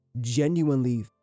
genuinely